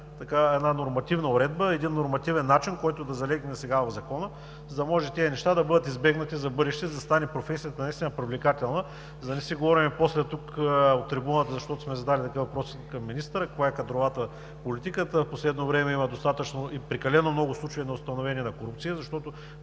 има една нормативна уредба, един нормативен начин, който да залегне сега в Закона, за да може тези неща да бъдат избегнати за в бъдеще, за да стане професията наистина привлекателна, за да не си говорим после тук от трибуната, защото сме задали такива въпроси към министъра, каква е кадровата политика. В последно време има достатъчно и прекалено много случаи на установена корупция, защото